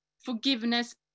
forgiveness